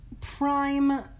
prime